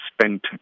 spent